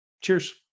Cheers